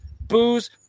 booze